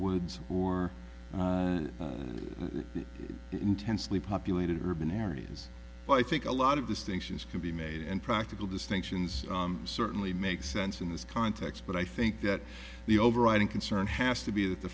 woods or intensely populated urban areas but i think a lot of distinctions can be made and practical distinctions certainly make sense in this context but i think that the overriding concern has to be th